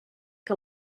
que